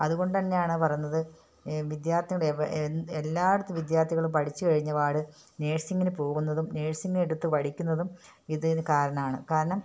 അതുകൊണ്ട് തന്നെയാണ് പറയുന്നത് വിദ്യാർത്ഥികൾ എല്ലായിടത്തും വിദ്യാർത്ഥികളും പഠിച്ചു കഴിഞ്ഞപാട് നേഴ്സിങ്ങിന് പോകുന്നതും നേഴ്സിങ് എടുത്ത് പഠിക്കുന്നതും ഇത് കാരണമാണ് കാരണം